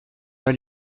pas